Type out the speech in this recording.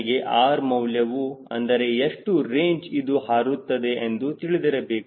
ನನಗೆ R ಮೌಲ್ಯವು ಅಂದರೆ ಎಷ್ಟು ರೇಂಜ್ ಇದು ಹಾರುತ್ತದೆ ಎಂದು ತಿಳಿದಿರಬೇಕು